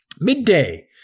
Midday